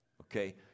okay